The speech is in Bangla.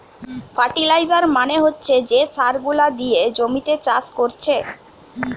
ফার্টিলাইজার মানে হচ্ছে যে সার গুলা দিয়ে জমিতে চাষ কোরছে